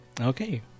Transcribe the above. Okay